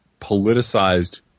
politicized